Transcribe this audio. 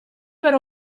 per